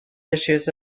issues